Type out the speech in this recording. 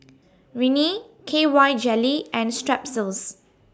Rene K Y Jelly and Strepsils